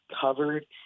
covered